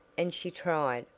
and she tried,